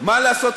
מה לעשות,